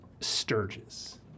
sturges